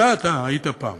אתה, אתה, היית פעם.